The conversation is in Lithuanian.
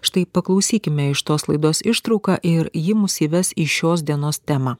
štai paklausykime iš tos laidos ištrauką ir ji mus įves į šios dienos temą